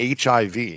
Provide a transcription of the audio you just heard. HIV